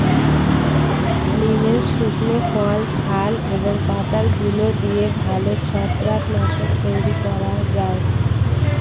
নিমের শুকনো ফল, ছাল এবং পাতার গুঁড়ো দিয়ে ভালো ছত্রাক নাশক তৈরি করা যায়